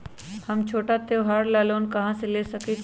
हम छोटा त्योहार ला लोन कहां से ले सकई छी?